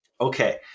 okay